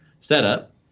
setup